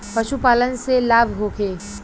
पशु पालन से लाभ होखे?